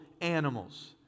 animals